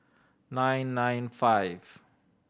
nine nine five